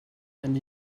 and